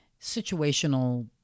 situational